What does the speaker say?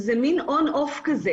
זה לא חייב להיות רופא וטרינר,